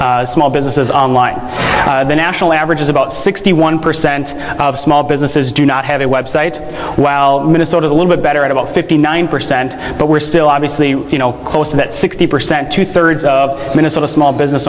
for small businesses online the national average is about sixty one percent of small businesses do not have a website while minnesota a little bit better at about fifty nine percent but we're still obviously close to that sixty percent two thirds of minnesota small business